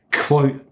Quote